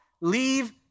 leave